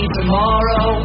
tomorrow